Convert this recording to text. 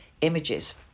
images